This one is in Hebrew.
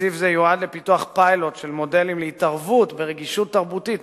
תקצוב זה יועד לפיתוח פיילוט של מודלים להתערבות ברגישות תרבותית,